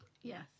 Yes